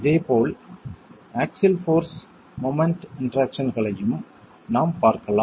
இதேபோல் axial force moment இன்டெராக்சன்களையும் நாம் பார்க்கலாம்